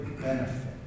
benefit